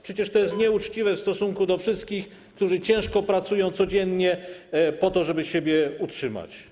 Przecież to jest nieuczciwe w stosunku do wszystkich, którzy ciężko pracują codziennie po to, żeby siebie utrzymać.